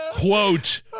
quote